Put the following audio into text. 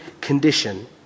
condition